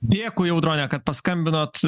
dėkui audrone kad paskambinot